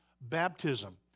baptism